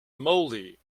moly